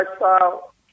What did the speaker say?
lifestyle